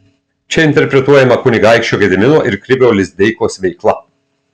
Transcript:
čia interpretuojama kunigaikščio gedimino ir krivio lizdeikos veikla